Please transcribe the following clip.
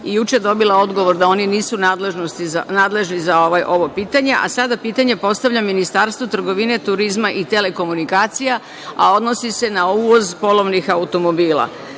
i juče dobila odgovor da oni nisu nadležni za ovo pitanje. Sada pitanje postavljam Ministarstvu trgovine, turizma i telekomunikacija, a odnosi se na uvoz polovnih automobila. Ponoviću